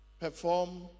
perform